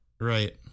right